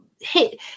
hit